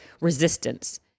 resistance